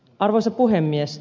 arvoisa puhemies